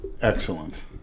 Excellent